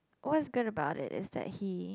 what is going about it is that he